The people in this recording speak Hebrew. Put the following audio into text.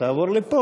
סעיף 1 לא נתקבלה.